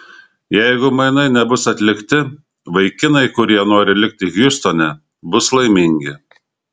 jeigu mainai nebus atlikti vaikinai kurie nori likti hjustone bus laimingi